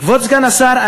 כבוד סגן השר,